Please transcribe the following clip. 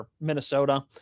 Minnesota